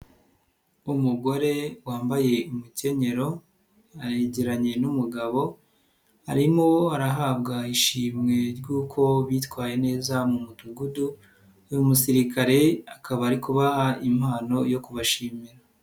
Umugore wambaye umukenyero yegeranye n'umugabo arimo arahabwa ishimwe ry'uko bitwaye neza mu mudugudu, uyu musirikare akaba ari kubaha impano yo kubashimira.